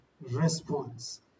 response